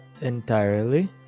entirely